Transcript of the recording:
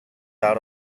out